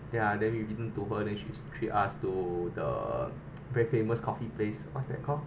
ya then we didn't told her then she she asked to the very famous coffee place what's that called